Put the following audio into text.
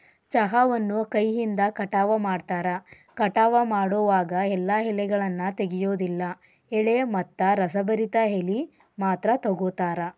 ಚಹಾವನ್ನು ಕೈಯಿಂದ ಕಟಾವ ಮಾಡ್ತಾರ, ಕಟಾವ ಮಾಡೋವಾಗ ಎಲ್ಲಾ ಎಲೆಗಳನ್ನ ತೆಗಿಯೋದಿಲ್ಲ ಎಳೆ ಮತ್ತ ರಸಭರಿತ ಎಲಿ ಮಾತ್ರ ತಗೋತಾರ